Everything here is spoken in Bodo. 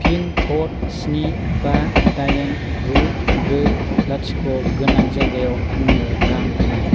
पिन क'ड स्नि बा दाइन गु ब्रै लाथिख' गोनां जायगायाव आंनो रां होनाय